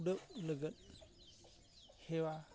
ᱩᱰᱟᱹᱜ ᱞᱟᱹᱜᱤᱫ ᱦᱮᱣᱟ